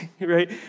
right